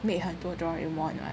make 很多 Doraemon [what]